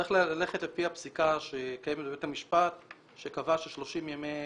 צריך ללכת על פי הפסיקה שקיימת בבית המשפט שקבעה ש-30 ימי